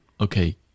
Okay